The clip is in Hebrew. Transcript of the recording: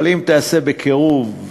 אבל אם תעשה בקירוב,